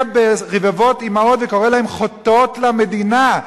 ברבבות אמהות וקורא להן "חוטאות למדינה"